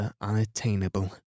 unattainable